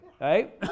right